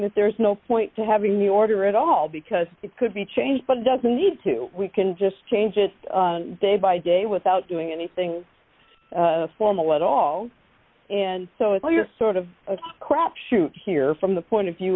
that there's no point to having the order at all because it could be changed but it doesn't need to we can just change it day by day without doing anything formal at all and so it's sort of a crapshoot here from the point of view